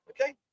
Okay